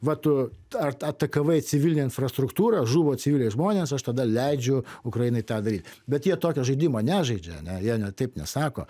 va tu ar atakavai civilinę infrastruktūrą žuvo civiliai žmonės aš tada leidžiu ukrainai tą daryt bet jie tokio žaidimo nežaidžia ane jie ne taip nesako